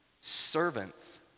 servants